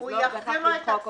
אז לא כדאי למחוק אותו.